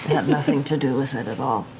nothing to do with it at all.